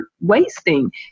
wasting